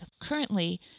Currently